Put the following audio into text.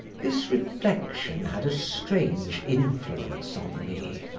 this reflection had a strange influence on me.